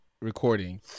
recording